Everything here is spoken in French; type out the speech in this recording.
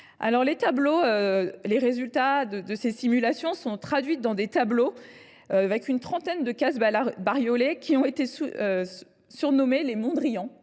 Les résultats de cette simulation sont traduits dans des tableaux d’une trentaine de cases bariolées, surnommés les Mondrian